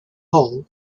hall